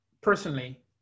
personally